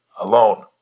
alone